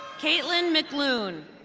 caitlin mclune.